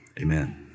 amen